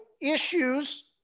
issues